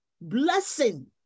blessing